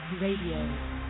Radio